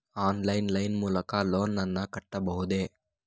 Online line ಮೂಲಕ loan ನನ್ನ ಕಟ್ಟಬಹುದೇ?